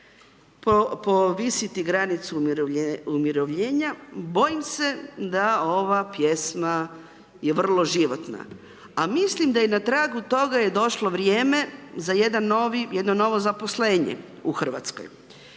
povisiti granicu umirovljenja, bojim se da ova pjesma je vrlo životna, a mislim da je na tragu toga je došlo vrijeme za jedno novo zaposlenje u Hrvatskoj.